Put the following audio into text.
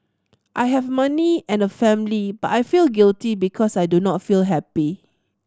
I have money and a family but I feel guilty because I do not feel happy